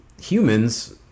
humans